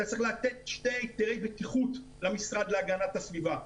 אתה צריך לתת שני היתרי בטיחות למשרד להגנת הסביבה.